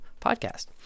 podcast